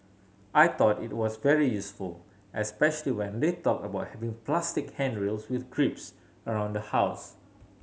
I thought it was very useful especially when they talked about having plastic handrails with grips around the house